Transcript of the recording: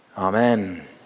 Amen